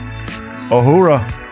Ohura